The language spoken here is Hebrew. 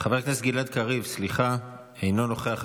גלעד קריב, סליחה, אינו נוכח.